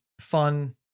fun